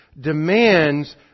demands